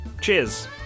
cheers